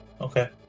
Okay